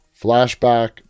Flashback